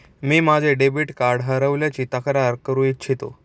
मी माझे debit card हरवल्याची तक्रार करू इच्छितो